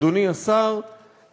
אדוני השר,